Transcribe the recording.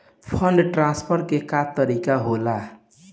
Fund transfer के का तरीका होला?